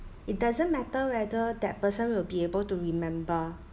it doesn't matter whether that person will be able to remember